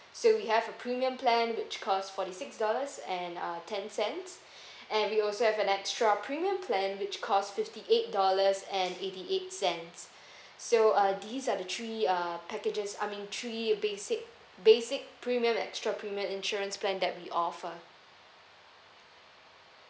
so we have a premium plan which cost forty six dollars and uh ten cents and we also have an extra premium plan which cost fifty eight dollars and eighty eight cents so uh these are the three uh packages I mean three basic basic premium extra premium insurance plan that we offer